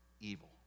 evil